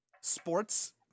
sports